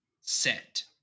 set